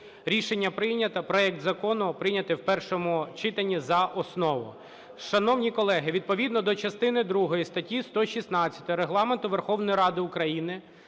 Рішення прийнято. Проект закону прийняти в першому читанні за основу. Шановні колеги, відповідно до частини другої статті 116 Регламенту Верховної Ради України,